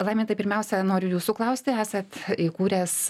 laimi tai pirmiausia noriu jūsų klausti esat įkūręs